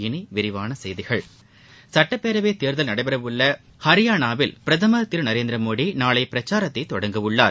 இனி விரிவான செய்திகள் சுட்டப்பேரவை தேர்தல் நடைபெறவுள்ள மற்றொரு மாநிலமான ஹரியானாவில் பிரதமர் திரு நரேந்திரமோடி நாளை பிரச்சாரத்தை தொடங்கவுள்ளார்